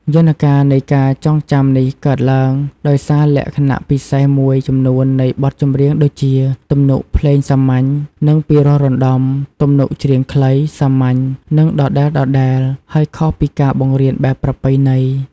យន្តការនៃការចងចាំនេះកើតឡើងដោយសារលក្ខណៈពិសេសមួយចំនួននៃបទចម្រៀងដូចជា ទំនុកភ្លេងសាមញ្ញ និងពិរោះរណ្ដំ ទំនុកច្រៀងខ្លី សាមញ្ញ និងដដែលៗ ហើយខុសពីការបង្រៀនបែបប្រពៃណី។